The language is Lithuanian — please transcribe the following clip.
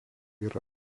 yra